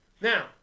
Now